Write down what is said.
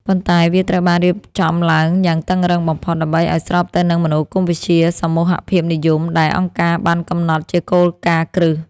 ប៉ុន្តែវាត្រូវបានរៀបចំឡើងយ៉ាងតឹងរ៉ឹងបំផុត ដើម្បីឱ្យស្របទៅនឹងមនោគមវិជ្ជាសមូហភាពនិយម ដែលអង្គការបានកំណត់ជាគោលការណ៍គ្រឹះ។